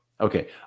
Okay